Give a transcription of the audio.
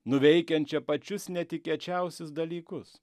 nuveikiančia pačius netikėčiausius dalykus